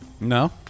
No